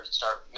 start